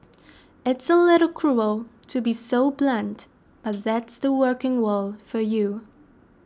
it's a little cruel to be so blunt but that's the working world for you